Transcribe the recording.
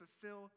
fulfill